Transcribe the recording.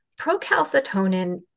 procalcitonin